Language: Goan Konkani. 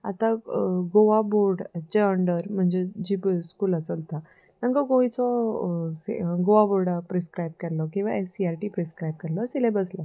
आतां गोवा बोर्ड जे अंडर म्हणजे जी स्कुला चलता तांकां गोंयचो गोवा बोर्डा प्रिस्क्रायब केल्लो किंवां A C R T prescribe केल्लो सिलेबस लागता